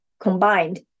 combined